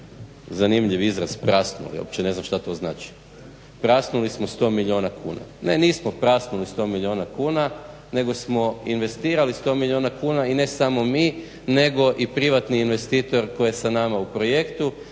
zanimljiv izraz prasnuli, uopće ne znam šta to znači. Prasnuli smo 100 milijuna kuna, ne nismo prasnuli 100 milijuna kuna nego smo investirali 100 milijuna kuna i ne samo mi nego i privatni investitor koji je sa nama u projektu.